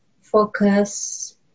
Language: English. focus